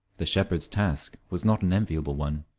the shepherd's task was not an enviable one.